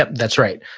that's right.